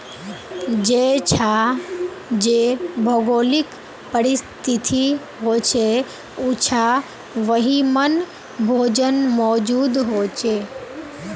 जेछां जे भौगोलिक परिस्तिथि होछे उछां वहिमन भोजन मौजूद होचे